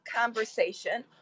conversation